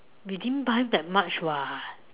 we didn't buy that much [what]